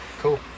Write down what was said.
Cool